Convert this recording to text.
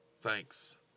Thanks